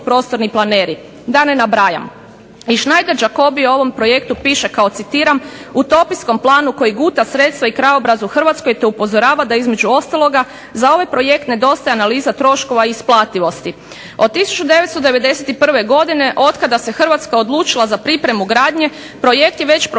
da ne nabrajam.